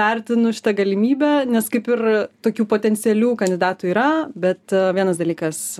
vertinu šitą galimybę nes kaip ir tokių potencialių kandidatų yra bet vienas dalykas